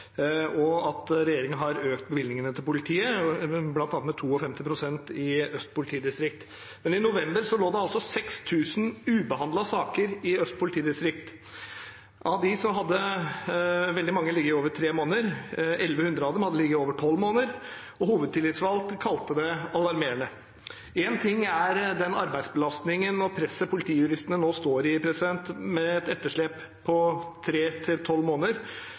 og at regjeringen har økt bevilgningene til politiet, bl.a. med 52 pst. i Øst politidistrikt. I november lå det 6 000 ubehandlede saker i Øst politidistrikt. Av dem hadde veldig mange ligget over tre måneder. 1 100 av dem hadde ligget over tolv måneder, og hovedtillitsvalgt kalte det alarmerende. Én ting er den arbeidsbelastningen og presset politijuristene nå står i, med et etterslep på tre–tolv måneder, og jeg mener det kan utgjøre en fare for rettsikkerheten og tilliten til